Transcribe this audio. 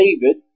David